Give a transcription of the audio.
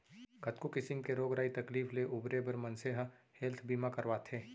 कतको किसिम के रोग राई तकलीफ ले उबरे बर मनसे ह हेल्थ बीमा करवाथे